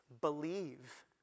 believe